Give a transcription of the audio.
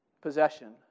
possession